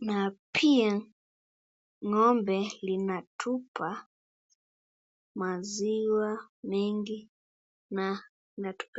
na pia ng'ombe linatupa maziwa mengi na inatupa.